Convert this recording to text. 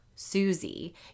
Susie